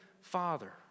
Father